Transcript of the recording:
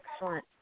Excellent